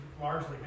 largely